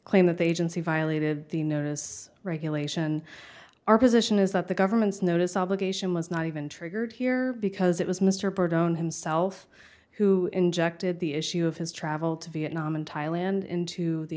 claim that they didn't see violated the notice regulation our position is that the government's notice obligation was not even triggered here because it was mr byrd on himself who injected the issue of his travel to vietnam and thailand into the